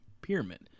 pyramid